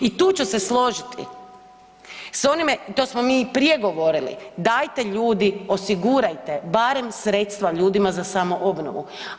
I tu ću se složiti sa onime, to smo mi i prije govorili dajte ljudi osigurajte barem sredstva ljudima za samo obnovu.